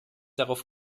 darauf